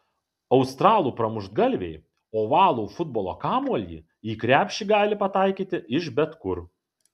australų pramuštgalviai ovalų futbolo kamuolį į krepšį gali pataikyti iš bet kur